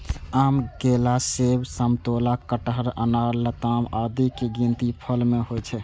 आम, केला, सेब, समतोला, कटहर, अनार, लताम आदिक गिनती फल मे होइ छै